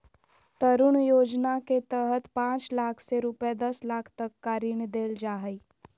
तरुण योजना के तहत पांच लाख से रूपये दस लाख तक का ऋण देल जा हइ